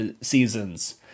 seasons